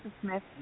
Smith